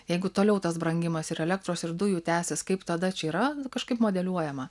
jeigu toliau tas brangimas ir elektros ir dujų tęsis kaip tada čia yra kažkaip modeliuojama